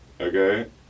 okay